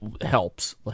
helps